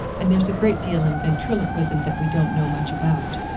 and there's a great deal in ventriloquism that we don't know much about.